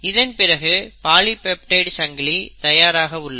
இதன் பிறகு பாலிபெப்டைடு சங்கிலி தயாராக உள்ளது